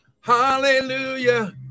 Hallelujah